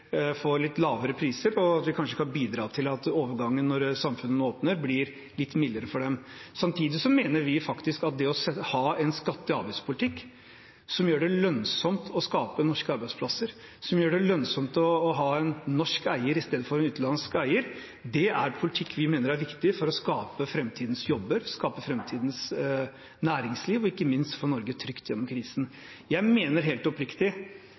får litt lavere priser, og at vi kanskje kan bidra til at overgangen, når samfunnet åpner, blir litt mildere for dem. Samtidig mener vi at det å ha en skatte- og avgiftspolitikk som gjør det lønnsomt å skape norske arbeidsplasser, som gjør det lønnsomt å ha en norsk eier istedenfor en utenlandsk eier, er politikk som er viktig for å skape framtidens jobber, skape framtidens næringsliv og ikke minst få Norge trygt gjennom krisen. Jeg mener helt oppriktig